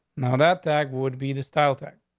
now, that that would be the style attack.